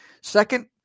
Second